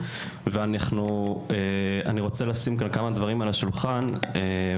אני רוצה לשים כאן כמה דברים על השולחן ולא